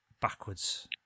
backwards